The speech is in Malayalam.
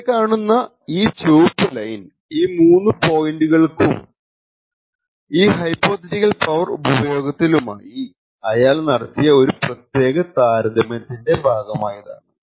ഇവിടെ കാണുന്ന ഈ ചുവപ്പു ലൈൻ ഈ മൂന്നു പോയിന്റുകൾക്കും ഈ ഹൈപോതെറ്റിക്കൽ പവർ ഉപഭോഗത്തിലുമായി അയാൾ നടത്തിയ ഒരു പ്രത്യേക താരതമ്യത്തിന്റെ ഭാഗമാണ്